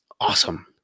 Awesome